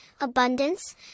abundance